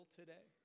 today